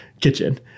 kitchen